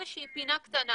איזה שהיא פינה קטנה,